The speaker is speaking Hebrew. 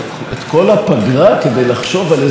משהו שלא עובד בממשלה,